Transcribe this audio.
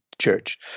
church